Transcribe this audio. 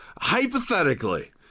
Hypothetically